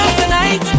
tonight